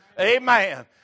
amen